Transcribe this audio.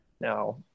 Now